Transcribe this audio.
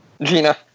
Gina